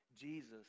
jesus